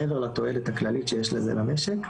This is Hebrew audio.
מעבר לתועלת הכללית שיש לזה למשק,